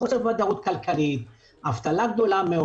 חוסר ודאות כלכלית, אבטלה גדולה.